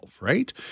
right